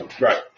Right